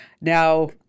Now